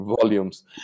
volumes